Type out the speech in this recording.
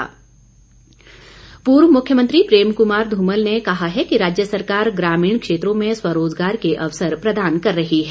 धूमल पूर्व मुख्यमंत्री प्रेम क ्मार ध्मल ने कहा है कि राज्य सरकार ग्रामीण क्षेत्रों में स्वरोजगार के अवसर प्रदान कर रही है